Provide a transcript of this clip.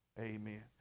amen